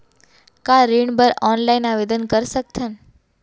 का ऋण बर ऑनलाइन आवेदन कर सकथन?